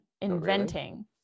inventing